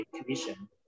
Commission